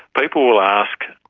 people will ask,